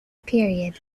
period